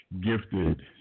gifted